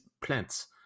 plants